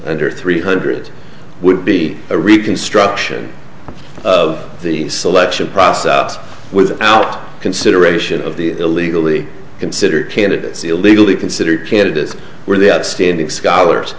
under three hundred would be a reconstruction of the selection process without consideration of the illegally considered candidates illegally considered candidates were the outstanding scholars